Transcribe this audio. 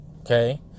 okay